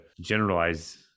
generalize